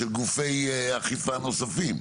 של גופי אכיפה נוספים.